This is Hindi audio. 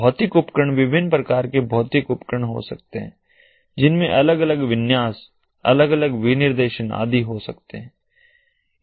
भौतिक उपकरण विभिन्न प्रकार के भौतिक उपकरण हो सकते हैं जिनमें अलग अलग विन्यास अलग अलग विनिर्देशन आदि हो सकते हैं